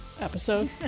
episode